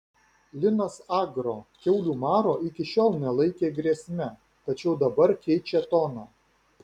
linas agro kiaulių maro iki šiol nelaikė grėsme tačiau dabar keičia toną